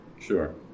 Sure